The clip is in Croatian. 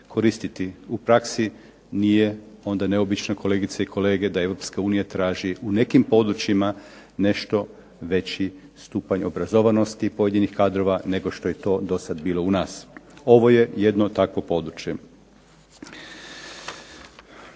koristiti u praksi nije onda neobično, kolegice i kolege, da EU traži u nekim područjima nešto veći stupanj obrazovanosti pojedinih kadrova nego što je to dosad bilo u nas. Ovo je jedno takvo područje.